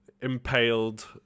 impaled